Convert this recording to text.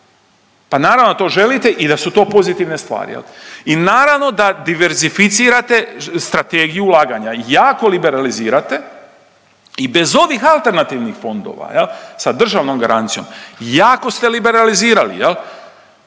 pa naravno da to želite i da su to pozitivne stvari. I naravno da diverzificirate strategiju ulaganja jako liberalizirate i bez ovih alternativnih fondova sa državnom garancijom jako ste liberalizirali, jako